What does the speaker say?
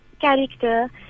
character